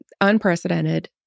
unprecedented